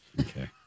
Okay